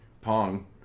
pong